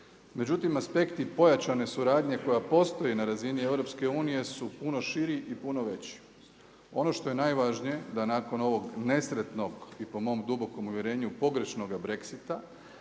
međutim aspekti pojačanje suradnje koja postoji na razini EU-a su puno širi i puno veći. Ono što je najvažnije, da nakon ovog nesretnog i po mom dubokom uvjerenju pogrešnog Brexita,